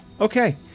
Okay